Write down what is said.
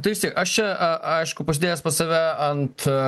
tai vis tiek aš čia a aišku pašidėjęs pas save ant